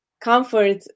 comfort